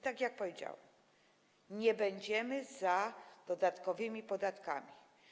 Tak jak powiedziałam, nie będziemy za dodatkowymi podatkami.